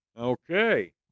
Okay